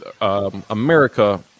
America